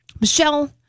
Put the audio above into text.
Michelle